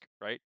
right